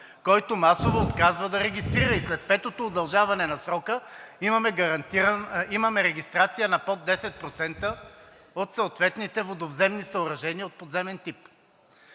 който масово отказва да регистрира, и след петото удължаване на срока имаме регистрация под 10% от съответните водовземни съоръжения от подземен тип.